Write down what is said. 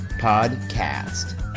podcast